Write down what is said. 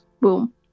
Boom